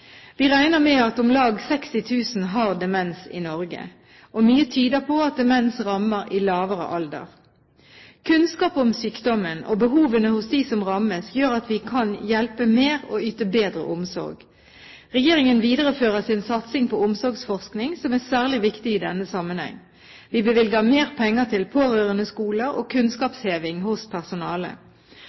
Vi regner med at om lag 60 000 har demens i Norge. Mye tyder på at demens rammer i lavere alder. Kunnskap om sykdommen og behovene hos dem som rammes, gjør at vi kan hjelpe mer og yte bedre omsorg. Regjeringen viderefører sin satsing på omsorgsforskning, som er særlig viktig i denne sammenhengen. Vi bevilger mer penger til pårørendeskoler og kunnskapsheving hos